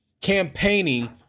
campaigning